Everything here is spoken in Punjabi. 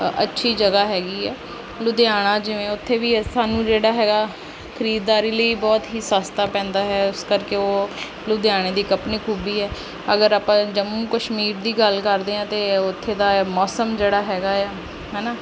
ਅੱਛੀ ਜਗ੍ਹਾ ਹੈਗੀ ਹੈ ਲੁਧਿਆਣਾ ਜਿਵੇਂ ਉੱਥੇ ਵੀ ਸਾਨੂੰ ਜਿਹੜਾ ਹੈਗਾ ਖਰੀਦਦਾਰੀ ਲਈ ਬਹੁਤ ਹੀ ਸਸਤਾ ਪੈਂਦਾ ਹੈ ਉਸ ਕਰਕੇ ਉਹ ਲੁਧਿਆਣੇ ਦੀ ਇੱਕ ਆਪਣੀ ਖੂਬੀ ਹੈ ਅਗਰ ਆਪਾਂ ਜੰਮੂ ਕਸ਼ਮੀਰ ਦੀ ਗੱਲ ਕਰਦੇ ਹਾਂ ਤਾਂ ਉੱਥੇ ਦਾ ਮੌਸਮ ਜਿਹੜਾ ਹੈਗਾ ਆ ਹੈ ਨਾ